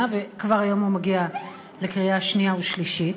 וכבר היום הוא מגיע לקריאה שנייה ושלישית.